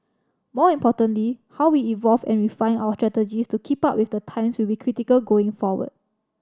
more importantly how we evolve and refine our strategies to keep up with the times will be critical going forward